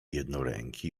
jednoręki